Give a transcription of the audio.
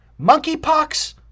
Monkeypox